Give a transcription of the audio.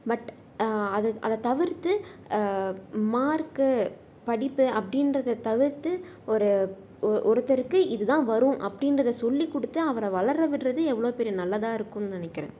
but அதை அதை தவிர்த்து மார்க்கு படிப்பு அப்படின்றத தவிர்த்து ஒரு ஓ ஒருத்தருக்கு இது தான் வரும் அப்படின்றத சொல்லி கொடுத்து அவரை வளர விடுறது எவ்வளோ பெரிய நல்லதாக இருக்கும்னு நினைக்கிறேன்